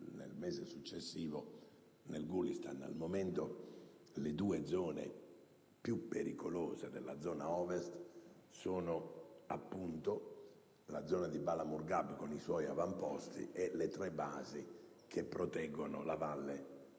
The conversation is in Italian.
nel mese successivo nel Gulistan. Al momento le due aree più pericolose della zona Ovest sono, appunto, quella di Bala Mourghab, con i suoi avamposti, e le tre basi che proteggono la valle